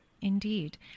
Indeed